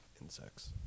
insects